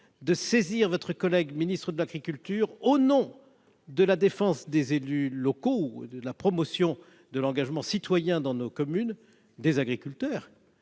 à saisir votre collègue ministre de l'agriculture, au nom de la défense des élus locaux ou de la promotion de l'engagement citoyen des agriculteurs